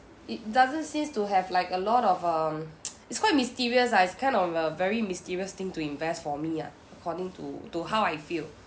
it doesn't seems to have like a lot of um it's quite mysterious ah it's kind of a very mysterious thing to invest for me ah according to to how I feel